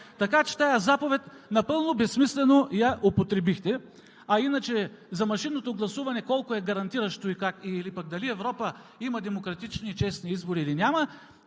Така че тази заповед напълно безсмислено я употребихте. А иначе за машинното гласуване колко е гарантиращо или пък дали Европа има демократични и честни избори, или няма,